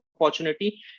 opportunity